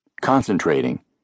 Concentrating